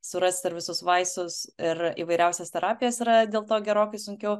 surasti ir visus vaistus ir įvairiausias terapijas yra dėl to gerokai sunkiau